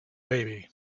baby